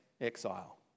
exile